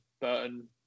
Burton